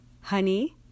honey